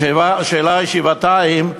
השאלה היא שבעתיים,